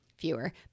Fewer